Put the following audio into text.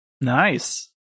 Nice